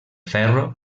ferro